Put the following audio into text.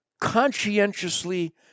conscientiously